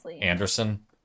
Anderson